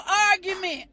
argument